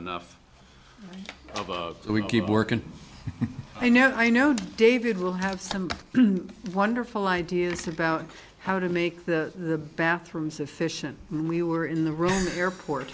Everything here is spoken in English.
enough we keep working i know i know david will have some wonderful ideas about how to make the bathrooms efficient we were in the room airport